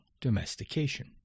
domestication